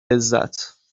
عزت